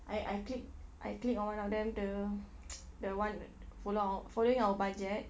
I I click I click on one of them the the one follow our following our budget